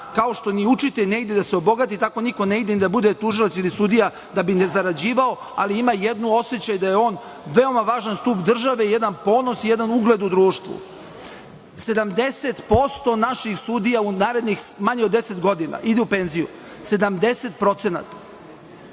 kao što ni učitelj ne ide da se obogati, tako niko ne ide da bude tužilac ili sudija da bi zarađivao, ali ima i ujedno osećaj da je on veoma važan stub države, jedan ponos i jedan ugled u društvu. Sedamdeset posto naših sudija za manje od deset godina ide u penziju. Mi